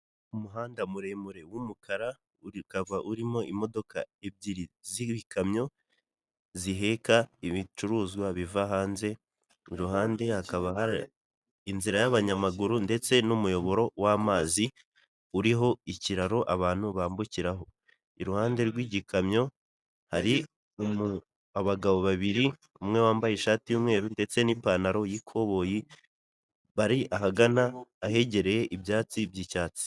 Umuhanda muremure w'umukara, ukaba urimo imodoka ebyiri z'ibikamyo, ziheka ibicuruzwa biva hanze, iruhande hakaba hari inzira y'abanyamaguru ndetse n'umuyoboro w'amazi, uriho ikiraro abantu bambukiraho. Iruhande rw'igikamyo hari abagabo babiri, umwe wambaye ishati y'umweru ndetse n'ipantaro y'ikoboyi, bari ahagana ahegereye ibyatsi by'icyatsi. .